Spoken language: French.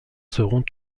seront